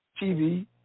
TV